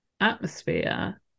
atmosphere